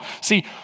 See